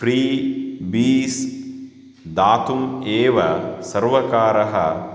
free बीस् दातुम् एव सर्वकारः